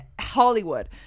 Hollywood